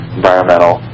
environmental